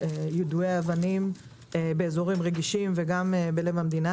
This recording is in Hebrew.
יידויי אבנים באזורים רגישים וגם בלב המדינה